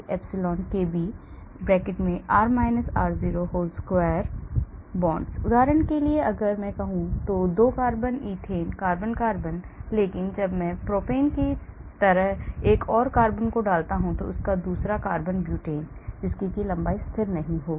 E ∑ kb 2 bonds उदाहरण के लिए अगर मैं कहूं तो 2 carbon ethane carbon carbon लेकिन जब मैं propane की तरह एक और carbon में डालता हूं तो दूसरा carbon butane जिसकी लंबाई स्थिर नहीं होगी